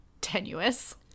tenuous